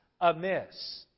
amiss